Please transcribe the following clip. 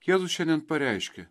jėzus šiandien pareiškė